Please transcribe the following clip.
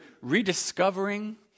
rediscovering